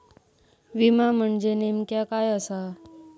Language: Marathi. विमा म्हणजे नेमक्या काय आसा?